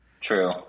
True